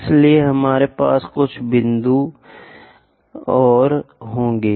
इसलिए हमारे पास कुछ बिंदु और होंगे